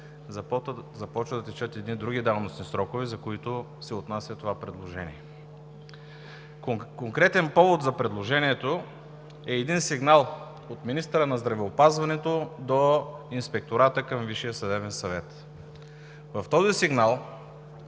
започват да текат и едни други данъчни срокове, за които се отнася това предложение. Конкретен повод за предложението е сигнал от министъра на здравеопазването до Инспектората към Висшия съдебен съвет. В този сигнал